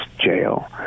jail